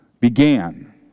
began